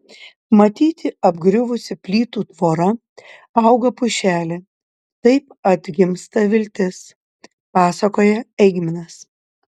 matyti apgriuvusi plytų tvora auga pušelė taip atgimsta viltis pasakoja eigminas